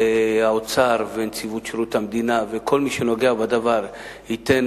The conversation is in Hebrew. האוצר ונציבות שירות המדינה וכל מי שנוגע בדבר ייתנו